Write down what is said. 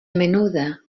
menuda